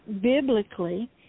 biblically